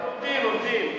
לומדים, לומדים.